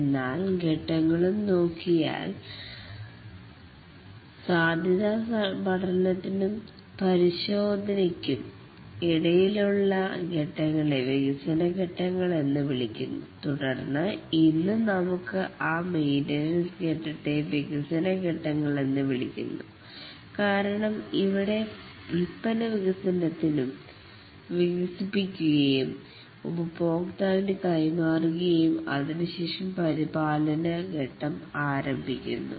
എല്ലാ ഘട്ടങ്ങളും നോക്കിയാൽ സാധ്യത പഠനത്തിനും പരിശോധനയ്ക്കുംഇടയിലുള്ള ഘട്ടങ്ങളെ വികസന ഘട്ടങ്ങൾ എന്ന് വിളിക്കുന്നു തുടർന്ന് ഇന്ന് നമുക്ക് അ മെയിൻറനൻസ് ഘട്ടത്തെ വികസന ഘട്ടങ്ങൾ എന്ന് വിളിക്കുന്നു കാരണം ഇവിടെ ഉൽപ്പന്ന വികസിപ്പിക്കുകയും ഉപഭോക്താവിന് കൈമാറുകയും അതിനുശേഷം പരിപാലന ഘട്ടം ആരംഭിക്കുന്നു